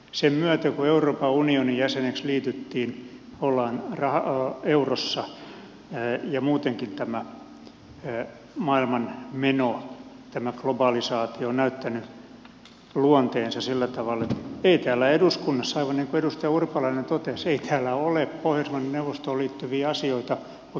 sen myötä kun euroopan unionin jäseneksi liityttiin ollaan eurossa ja muutenkin tämä maailman meno tämä globalisaatio on näyttänyt luonteensa sillä tavalla että ei täällä eduskunnassa aivan niin kuin edustaja urpalainen totesi ole pohjoismaiden neuvostoon liittyviä asioita oikeastaan kuin toimintakertomus